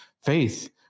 faith